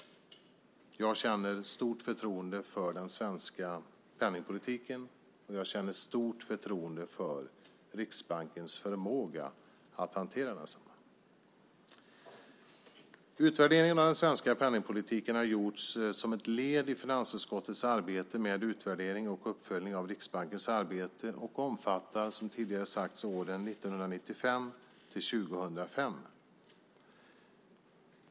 Jag känner stort förtroende för den svenska penningpolitiken och för Riksbankens förmåga att hantera densamma. Utvärderingen av den svenska penningpolitiken har gjorts som ett led i finansutskottets arbete med utvärdering och uppföljning av Riksbankens arbete och omfattar, som tidigare sagts, åren 1995-2005.